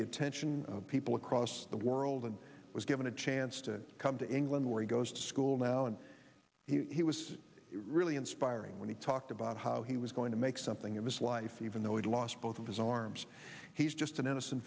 the attention of people across the world and was given a chance to come to england where he goes to school now and he was really inspiring when he talked about how he was going to make something of his life even though he lost both of his arms he's just an innocent